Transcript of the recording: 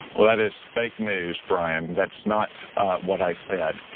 well, that is fake news, brian, that's not what i said.